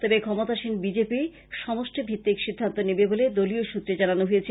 তবে ক্ষমতাসীন বিজেপি সমষ্টি ভিত্তিক সিদ্ধান্ত নেবে বলে দলীয় সুত্রে জানানো হয়েছে